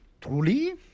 Truly